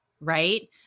right